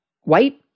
white